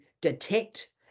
detect